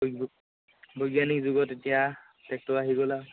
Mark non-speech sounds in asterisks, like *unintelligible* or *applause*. *unintelligible* বৈজ্ঞানিক যুগত এতিয়া ট্ৰেক্টৰ আহি গ'ল আৰু